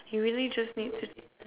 you really just need to